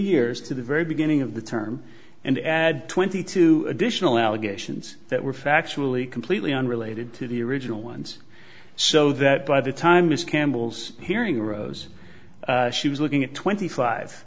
years to the very beginning of the term and add twenty two additional allegations that were factually completely unrelated to the original ones so that by the time as campbell's hearing rose she was looking at twenty five